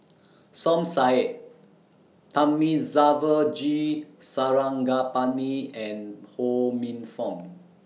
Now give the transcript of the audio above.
Som Said Thamizhavel G Sarangapani and Ho Minfong